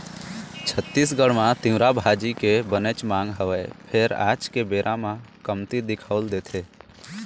छत्तीसगढ़ म तिंवरा भाजी के बनेच मांग हवय फेर आज के बेरा म कमती दिखउल देथे